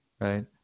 Right